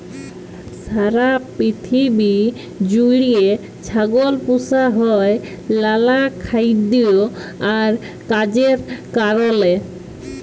সারা পিথিবী জুইড়ে ছাগল পুসা হ্যয় লালা খাইদ্য আর কাজের কারলে